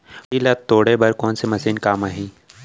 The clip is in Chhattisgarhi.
माटी ल तोड़े बर कोन से मशीन काम आही?